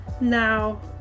Now